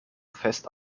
fest